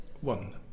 one